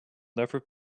never